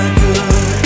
good